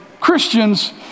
Christians